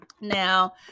Now